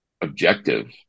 objective